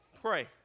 Pray